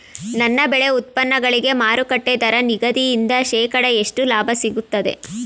ನನ್ನ ಬೆಳೆ ಉತ್ಪನ್ನಗಳಿಗೆ ಮಾರುಕಟ್ಟೆ ದರ ನಿಗದಿಯಿಂದ ಶೇಕಡಾ ಎಷ್ಟು ಲಾಭ ಸಿಗುತ್ತದೆ?